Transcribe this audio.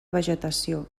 vegetació